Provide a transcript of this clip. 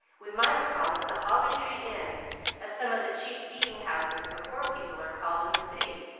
we might call it the holly tree inn as some of the cheap eating-houses for poor people are called in the city,